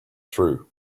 through